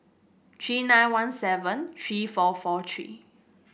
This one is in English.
three nine one seven three four four three